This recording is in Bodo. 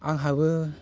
आंहाबो